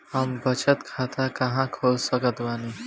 हम बचत खाता कहां खोल सकत बानी?